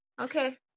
Okay